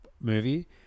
movie